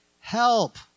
help